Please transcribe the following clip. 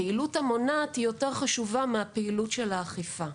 הפעילות המונעת חשובה יותר מהפעילות של האכיפה.